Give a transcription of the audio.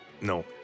No